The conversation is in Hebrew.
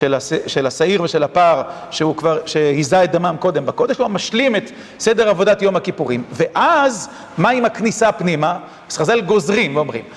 של השעיר ושל הפר שהוא כבר, שהיזה את דמם קודם בקודש הוא משלים את סדר עבודת יום הכיפורים. ואז מה עם הכניסה פנימה? אז חז"ל גוזרים ואומרים